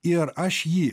ir aš jį